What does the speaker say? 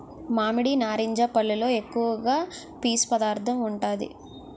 మామిడి, నారింజ పల్లులో ఎక్కువ పీసు పదార్థం ఉంటాది